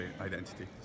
identity